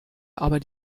aber